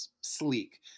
sleek